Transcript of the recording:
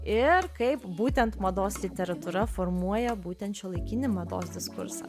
ir kaip būtent mados literatūra formuoja būtent šiuolaikinį mados diskursą